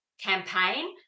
campaign